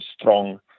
strong